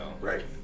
right